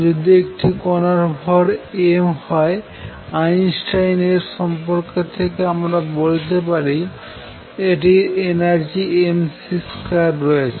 যদি একটি কণার ভর m হয় আইনস্টাইন এর সম্পর্ক থেকে আমরা বলতে পারি এটির এনার্জি mc2রয়েছে